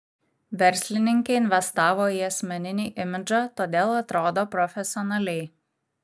verslininkė investavo į asmeninį imidžą todėl atrodo profesionaliai